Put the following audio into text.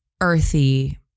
earthy